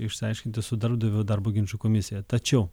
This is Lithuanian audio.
išsiaiškinti su darbdaviu darbo ginčų komisiją tačiau